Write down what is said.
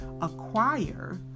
acquire